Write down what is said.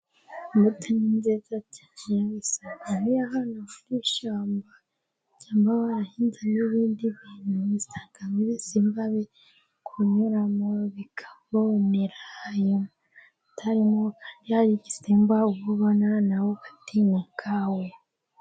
Umuto ni nziza usanga niyo ahantu hari ishyamba cyangwa barahinzemo ibindi bintu usangamo ibisimba biri kunyuramo bikabonera, iyo hatarimo hari igisimba ubona nawe ugatinya ubwawe.